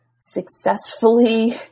successfully